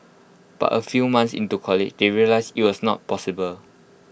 but A few months into college they realised IT was not possible